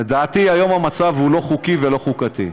לדעתי, היום המצב הוא לא חוקי ולא חוקתי.